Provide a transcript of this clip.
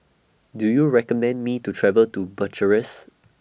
Do YOU recommend Me to travel to Bucharest